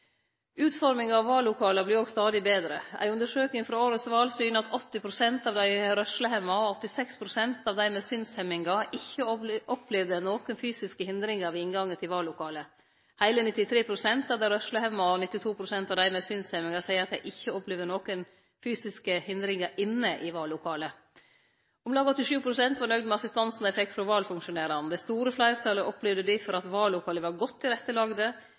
Utforminga av vallokala vert også stadig betre. Ei undersøking frå årets val syner at 80 pst. av dei rørslehemma og 86 pst. av dei med synshemmingar ikkje opplevde nokon fysiske hindringar ved inngangen til vallokalet. Heile 93 pst. av dei rørslehemma og 92 pst. av dei med synshemmingar seier at dei ikkje opplevde nokon fysiske hindringar inne i vallokalet. Om lag 87 pst. var nøgd med assistansen dei fekk frå valfunksjonærane. Det store fleirtalet opplevde difor at vallokala var godt tilrettelagde,